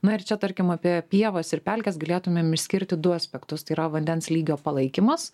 na ir čia tarkim apie pievas ir pelkes galėtumėm išskirti du aspektus tai yra vandens lygio palaikymas